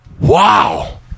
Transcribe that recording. Wow